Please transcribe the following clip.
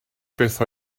beth